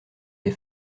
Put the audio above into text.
des